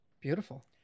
beautiful